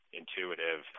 intuitive